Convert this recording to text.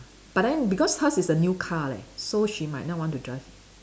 but then because hers is a new car leh so she might not want to drive